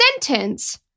sentence